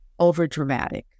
overdramatic